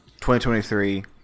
2023